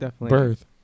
birth